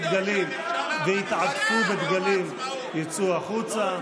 דגלים והתעטפו בדגלים יצאו החוצה.